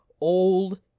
old